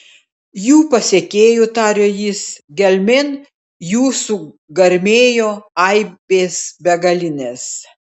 jų pasekėjų tarė jis gelmėn jų sugarmėjo aibės begalinės